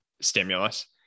stimulus